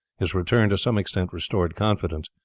his return to some extent restored confidence.